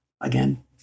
again